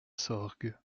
sorgue